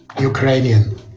Ukrainian